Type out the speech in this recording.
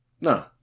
No